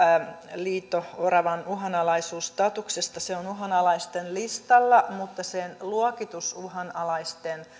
liito oravan uhanalaisuusstatuksesta se on uhanalaisten listalla mutta sen luokitus uhanalaisten